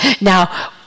Now